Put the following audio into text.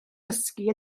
dysgu